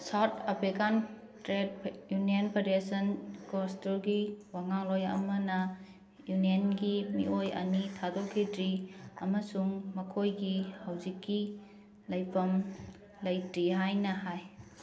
south African trade union federation ꯀꯣꯁꯇꯨꯒꯤ ꯋꯥꯉꯥꯡꯂꯣꯏ ꯑꯃꯅ ꯌꯨꯅꯤꯌꯟꯒꯤ ꯃꯤꯑꯣꯏ ꯑꯅꯤ ꯊꯥꯗꯣꯛꯈꯤꯗ꯭ꯔꯤ ꯑꯃꯁꯨꯡ ꯃꯈꯣꯏꯒꯤ ꯍꯧꯖꯤꯛꯀꯤ ꯂꯩꯐꯝ ꯂꯩꯇ꯭ꯔꯤ ꯍꯥꯏꯅ ꯍꯥꯏ